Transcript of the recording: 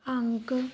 ਅੰਕ